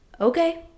okay